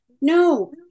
no